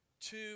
Two